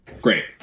great